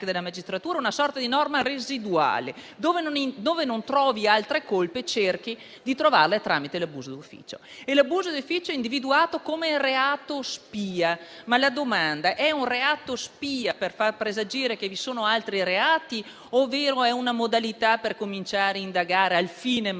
È un reato spia per far presagire che vi sono altri reati o una modalità per cominciare a indagare al fine magari